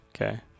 Okay